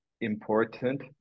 important